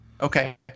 Okay